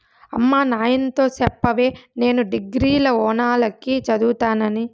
అమ్మ నాయనతో చెప్పవే నేను డిగ్రీల ఓనాల కి చదువుతానని